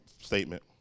statement